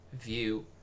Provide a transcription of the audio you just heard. view